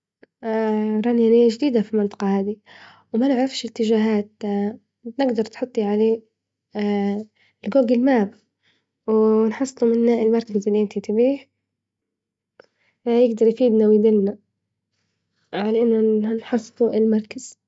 اأ راني أني جديدة فالمنطقة هادي ومانعرفش إتجاهات بجدر تحطي عليه جوجل ماب، ونحصله منة المركزاللي انت تبيه، يجدر يفيدنا ويدلنا ، علي إن نحصلة المركز.